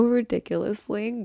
ridiculously